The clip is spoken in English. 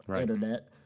internet